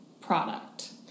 product